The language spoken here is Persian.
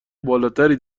بالاتری